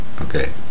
Okay